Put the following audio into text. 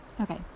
Okay